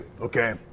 okay